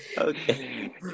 Okay